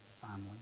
family